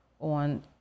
on